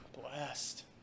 Blessed